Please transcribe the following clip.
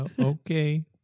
Okay